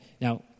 now